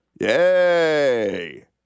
Yay